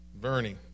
Bernie